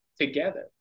together